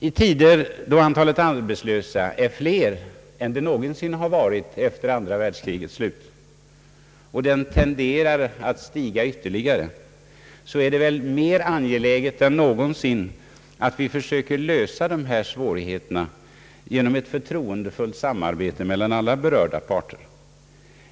I tider då antalet arbetslösa är större än någonsin efter andra världskrigets slut och tenderar att stiga ytterligare, är det väl mer angeläget än någonsin att vi försöker komma till rätta med svårigheterna genom ett förtroendefullt samarbete mellan alla berörda parter.